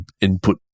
input